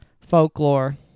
Folklore